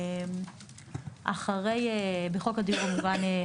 אחרי 'בחוק הדיור המוגן,